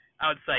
outside